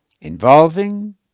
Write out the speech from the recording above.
involving